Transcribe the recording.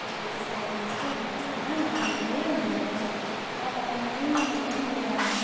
बिचमा चाहिँ साडी जस्तै हुँदो रहेछ होइन राम्रै हुँदैन रहेछ मलाई त मनै नपरेको नि ल्याएर